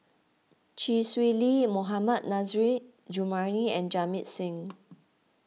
Chee Swee Lee Mohammad Nurrasyid Juraimi and Jamit Singh